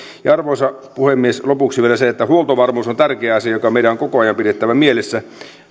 arvoisa puhemies lopuksi vielä se että huoltovarmuus on tärkeä asia joka meidän on koko ajan pidettävä mielessä